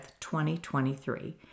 2023